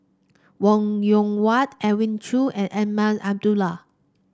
Wong Yoon Wah Edwin Koo and Azman Abdullah